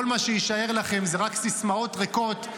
כל מה שיישאר לכם זה רק סיסמאות ריקות,